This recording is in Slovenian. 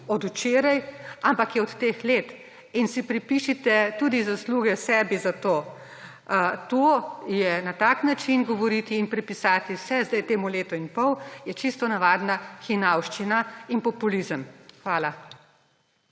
od včeraj, ampak je od teh let. Pripišite si tudi zasluge sebi za to. To je, na tak način govoriti in pripisati vse zdaj temu letu in pol, je čisto navadna hinavščina in populizem. Hvala.